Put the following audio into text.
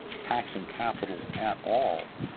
taxing capital at all,